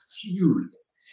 furious